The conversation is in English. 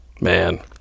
man